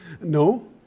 no